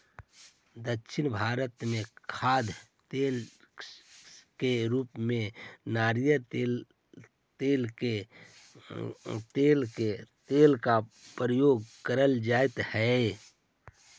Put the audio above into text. दक्षिण भारत में खाद्य तेल के रूप में नारियल के तेल का प्रयोग करल जा हई